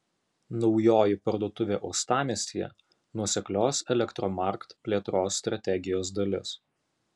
naujoji parduotuvė uostamiestyje nuoseklios elektromarkt plėtros strategijos dalis